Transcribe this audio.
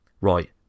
Right